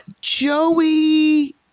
Joey